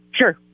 Sure